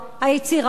היצירה,